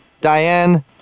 Diane